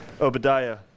Obadiah